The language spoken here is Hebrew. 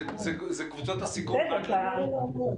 זה קבוצות הסיכון רק לחצבת?